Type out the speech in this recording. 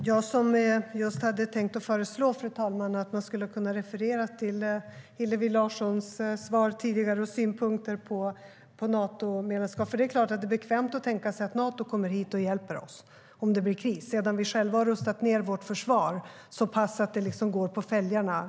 Fru talman! Jag hade just tänkt föreslå att man skulle kunna referera till Hillevi Larssons svar tidigare och synpunkter på ett Natomedlemskap. Det är klart att det är bekvämt att tänka sig att Nato kommer hit och hjälper oss om det blir krig sedan vi själva har rustat ned vårt försvar så pass att det går på fälgarna.